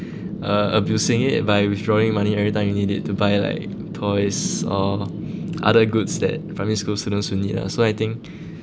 uh abusing it by withdrawing money every time you need it to buy like toys or other goods that primary school students will need lah so I think